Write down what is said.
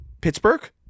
Pittsburgh